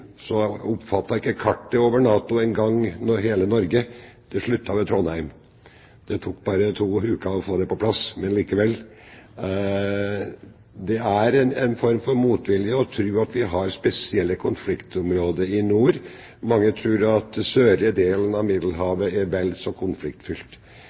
ikke kartet over NATO engang hele Norge. Det sluttet ved Trondheim. Det tok bare to uker å få det på plass, men likevel – det er en form for motvilje mot å tro at vi har spesielle konfliktområder i nord. Mange tror at søre delen av